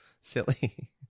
Silly